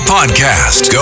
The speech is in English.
Podcast